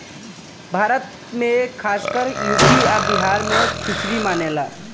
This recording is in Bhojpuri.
भारत मे खासकर यू.पी आ बिहार मे खिचरी मानेला